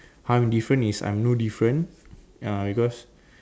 how I am different is I'm no different ya because